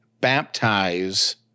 baptize